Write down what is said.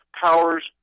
powers